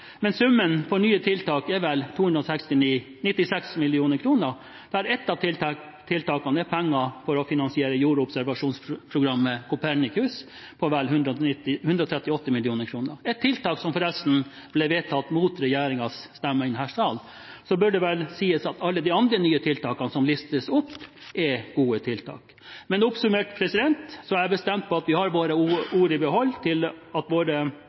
Men summen for nye tiltak er vel 296 mill. kr, der ett av tiltakene er penger til å finansiere jordobservasjonsprogrammet Copernicus til vel 138 mill. kr, et tiltak som forresten ble vedtatt mot regjeringens stemmer i denne sal. Så burde det sies at alle de andre nye tiltakene som listes opp, er gode tiltak. Oppsummert er jeg bestemt på at vi har våre ord i behold, altså våre påstander om at